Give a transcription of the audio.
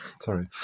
sorry